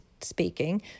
speaking